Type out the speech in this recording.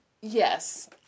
Yes